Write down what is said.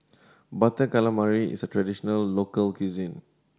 Butter Calamari is a traditional local cuisine